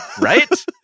right